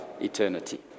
eternity